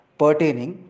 pertaining